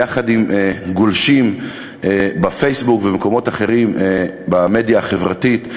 יחד עם גולשים בפייסבוק ובמקומות אחרים במדיה החברתית,